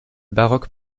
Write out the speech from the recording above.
baroque